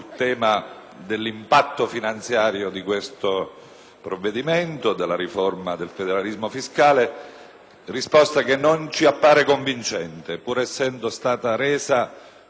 finanziario della riforma del federalismo fiscale che non ci appare convincente, pur essendo stata resa con un tono e un approccio che apprezziamo,